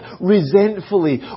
resentfully